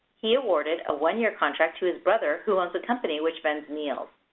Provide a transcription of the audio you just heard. he awarded a one year contract to his brother who owns a company which vends meals.